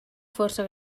força